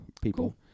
people